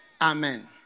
Amen